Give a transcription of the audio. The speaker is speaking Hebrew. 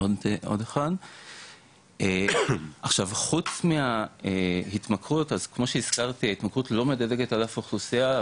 עכשיו חוץ מההתמכרות אז כמו שהזכרתי ההתמכרות לא מדלגת על אף אוכלוסייה,